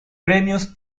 premios